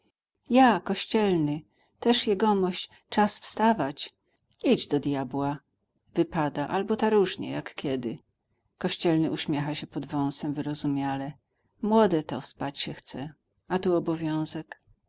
ja kościelny też jegomość czas wstawać idź do djabła wypada albo ta różnie jak kiedy kościelny uśmiecha się pod wąsem wyrozumiale młode to spać sie chce a tu obowiązek